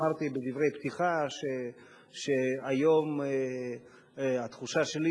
אמרתי בדברי הפתיחה שהיום התחושה שלי